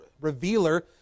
revealer